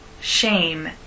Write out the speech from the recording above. shame